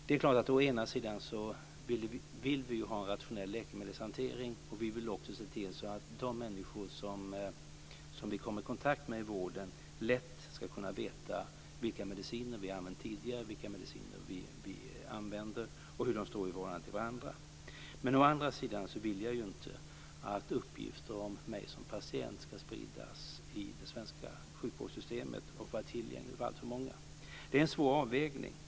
Det är klart att vi å ena sidan vill ha en rationell läkemedelshantering. Vi vill också se till att de människor som vi kommer i kontakt med i vården lätt ska kunna veta vilka mediciner vi har använt tidigare, vilka mediciner vi använder och hur de står i förhållande till varandra. Men å andra sidan vill jag ju inte att uppgifter om mig som patient ska spridas i det svenska sjukvårdssystemet och vara tillgängliga för alltför många. Det är en svår avvägning.